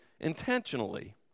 intentionally